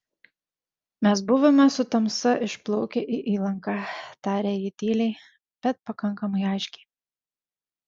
mes buvome su tamsta išplaukę į įlanką tarė ji tyliai bet pakankamai aiškiai